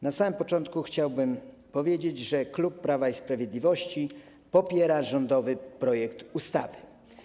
Na samym początku chciałbym powiedzieć, że klub Prawa i Sprawiedliwości popiera rządowy projekt ustawy.